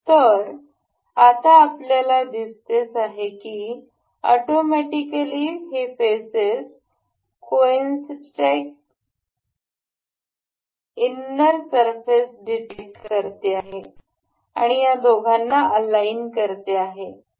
तर आता आपल्याला दिसतेस आहे की हे ऑटोमॅटिकली फेसस आणि कॉन्सन्ट्रेटइक इन्नर सरफेस डिटेक्ट करते आहे आणि या दोघांना ऑनलाईन करते आहे